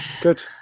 Good